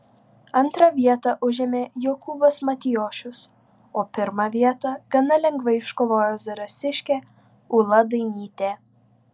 antrą vietą užėmė jokūbas matijošius o pirmą vietą gana lengvai iškovojo zarasiškė ūla dainytė